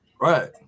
Right